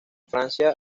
francia